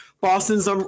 Boston's